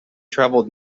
travelled